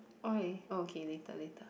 why okay later later